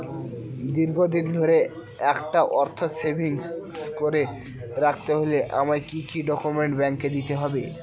দীর্ঘদিন ধরে একটা অর্থ সেভিংস করে রাখতে হলে আমায় কি কি ডক্যুমেন্ট ব্যাংকে দিতে হবে?